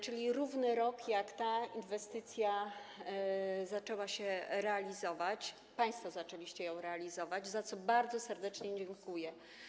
Czyli równy rok, jak ta inwestycja zaczęła się realizować, państwo zaczęliście ją realizować, za co bardzo serdecznie dziękuję.